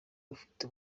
ufite